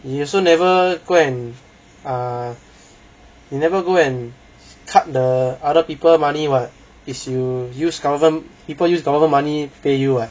you also never go and err you never go and cut the other people's money [what] is you use government people use government money to pay you [what]